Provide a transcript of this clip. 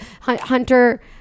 Hunter